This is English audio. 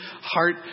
heart